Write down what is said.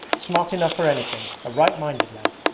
smart enough for anything, a right-minded lad!